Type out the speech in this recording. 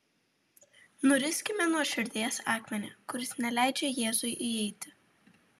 nuriskime nuo širdies akmenį kuris neleidžia jėzui įeiti